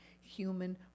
human